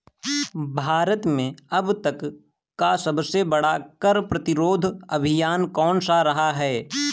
भारत में अब तक का सबसे बड़ा कर प्रतिरोध अभियान कौनसा रहा है?